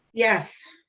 yes.